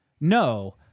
No